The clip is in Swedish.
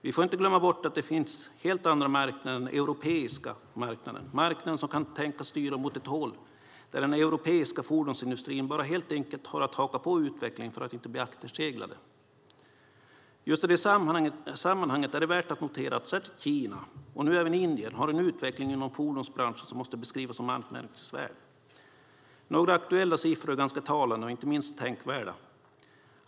Vi får inte glömma bort att det finns helt andra marknader än den europeiska marknaden, marknader som kan tänkas styra mot ett håll där den europeiska fordonsindustrin bara helt enkelt har att haka på utvecklingen för att inte bli akterseglad. Just i det sammanhanget är det värt att notera att särskilt Kina och nu även Indien har en utveckling inom fordonsbranschen som måste beskrivas som anmärkningsvärd. Några aktuella siffror är ganska talande och inte minst tänkvärda.